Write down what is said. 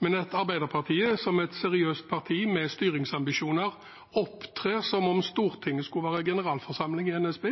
men at Arbeiderpartiet, som et seriøst parti med styringsambisjoner, opptrer som om Stortinget skulle være generalforsamling i NSB,